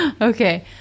okay